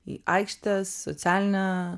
į aikštės socialinę